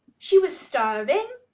she was starving,